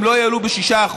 הם לא יעלו ב-6%,